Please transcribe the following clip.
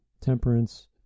temperance